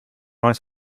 ice